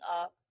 up